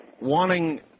wanting